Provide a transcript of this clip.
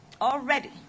already